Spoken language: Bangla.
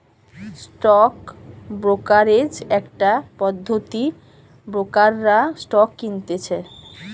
স্টক ব্রোকারেজ একটা পদ্ধতি ব্রোকাররা স্টক কিনতেছে